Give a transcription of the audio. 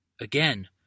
Again